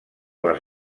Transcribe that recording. les